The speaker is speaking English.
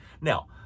Now